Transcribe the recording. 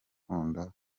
ukunda